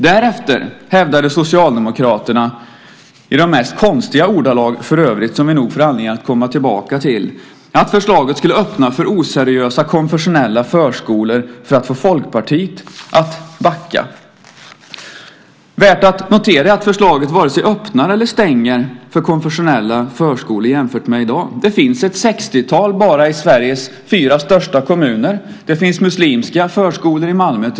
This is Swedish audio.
Därefter hävdade Socialdemokraterna - för övrigt i de mest konstiga ordalag, som vi nog får anledning att komma tillbaka till - att förslaget skulle öppna för oseriösa konfessionella förskolor för att få Folkpartiet att backa. Det är värt att notera att förslaget inte vare sig öppnar eller stänger för konfessionella förskolor jämfört med i dag. Det finns ett 60-tal bara i Sveriges fyra största kommuner. Det finns till exempel muslimska förskolor i Malmö.